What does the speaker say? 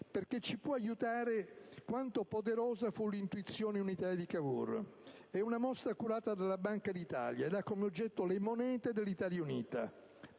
ben capire quanto poderosa fu l'intuizione unitaria di Cavour. È una mostra curata dalla Banca d'Italia che ha come oggetto «La moneta dell'Italia unita».